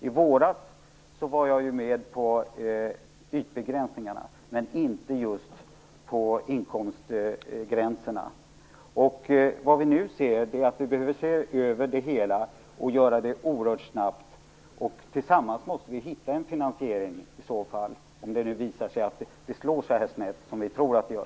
I våras var jag med på förslaget om ytbegränsningar men inte på förslaget om inkomstgränser. Vad vi nu ser är att vi behöver se över det hela och göra det oerhört snabbt. Tillsammans måste vi finna en finansiering, om det nu visar sig att det slår så snett som vi tror att det gör.